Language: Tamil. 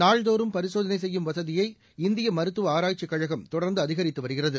நாள்தோறும் பரிசோதனைசெய்யும் வசதியை இந்தியமருத்துவஆராய்ச்சிக் கழகம் தொடர்ந்துஅதிகரித்துவருகிறது